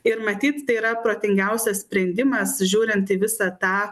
ir matyt tai yra protingiausias sprendimas žiūrint į visą tą